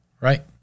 Right